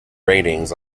ratings